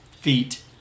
feet